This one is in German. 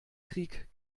krieg